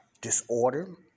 disorder